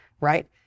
right